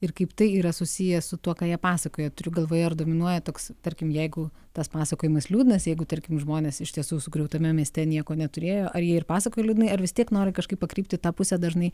ir kaip tai yra susiję su tuo ką jie pasakoja turiu galvoje ar dominuoja toks tarkim jeigu tas pasakojimas liūdnas jeigu tarkim žmonės iš tiesų sugriautame mieste nieko neturėjo ar jie ir pasakoja liūdnai ar vis tiek nori kažkaip pakrypt į tą pusę dažnai